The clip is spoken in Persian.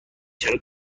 چرا